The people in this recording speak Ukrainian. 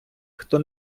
хто